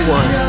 one